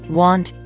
want